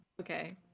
Okay